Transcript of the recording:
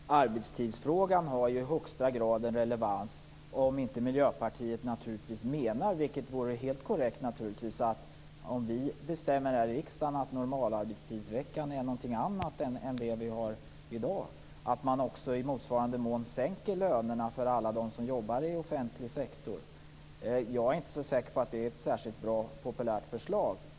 Fru talman! Arbetstidsfrågan har i högsta grad en relevans, om Miljöpartiet inte menar - vilket naturligtvis vore helt korrekt - att om vi här i riksdagen bestämmer att normalarbetstidsveckan är någonting annat än vi har i dag skall man i motsvarande mån sänka lönerna för alla dem som jobbar i offentlig sektor. Jag är inte säker på att det är ett särskilt populärt förslag.